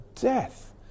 death